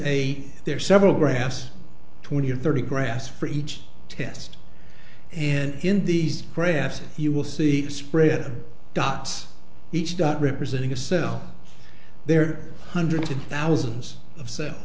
a there are several graphs twenty or thirty grass for each test and in these graphs you will see spread dots each dot representing a cell there hundreds of thousands of cell